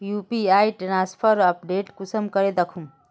UPI transfer update कुंसम करे दखुम?